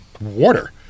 water